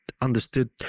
understood